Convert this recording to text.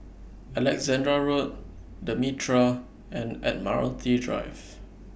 Alexandra Road The Mitraa and Admiralty Drive